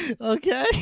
Okay